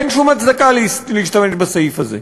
אין שום הצדקה להשתמש בסעיף הזה.